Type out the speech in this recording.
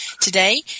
today